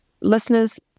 Listeners